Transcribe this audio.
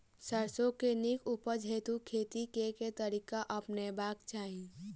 सैरसो केँ नीक उपज हेतु खेती केँ केँ तरीका अपनेबाक चाहि?